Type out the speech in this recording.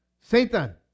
Satan